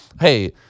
hey